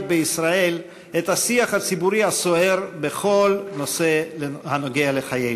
בישראל את השיח הציבורי הסוער בכל נושא הנוגע לחיינו.